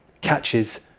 Catches